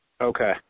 Okay